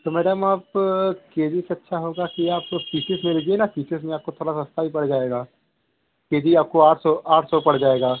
तो मैडम आप के जी से अच्छा होगा कि आप पीस में लीजिए ना पीसेज में आपको थोड़ा सस्ता भी पड़ जाएगा के जी आपको आठ सौ आठ सौ पड़ जाएगा